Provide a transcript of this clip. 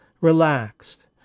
relaxed